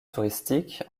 touristique